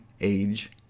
age